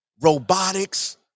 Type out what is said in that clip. Robotics